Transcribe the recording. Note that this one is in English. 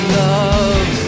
love